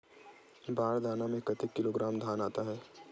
बार दाना में कतेक किलोग्राम धान आता हे?